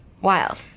wild